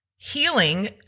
Healing